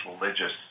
religious